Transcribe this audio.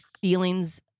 feelings